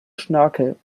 schnörkel